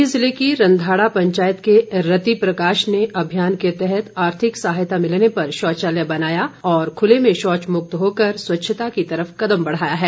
मंडी जिले की रंधाड़ा पंचायत के रती प्रकाश ने अभियान के तहत आर्थिक सहायता मिलने पर शौचालय बनाया और खुले में शौच मुक्त होकर स्वच्छता की तरफ कदम बढ़ाया है